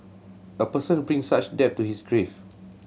a person brings such debt to his grave